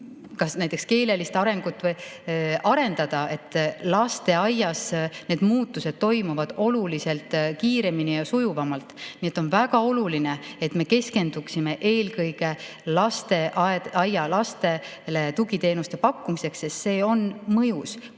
või näiteks lapse keelelist arengut saavutada. Lasteaias need muutused toimuvad oluliselt kiiremini ja sujuvamalt. Nii et on väga oluline, et me keskenduksime eelkõige lasteaialastele tugiteenuste pakkumisele, sest see on mõjus.